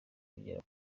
kugeza